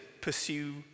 pursue